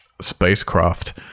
spacecraft